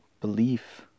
belief